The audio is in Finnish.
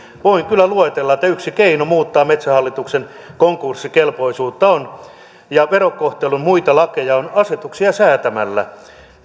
voin kyllä luetella että yksi keino muuttaa metsähallituksen konkurssikelpoisuutta ja verokohtelun muita lakeja on on asetuksia säätämällä